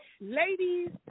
ladies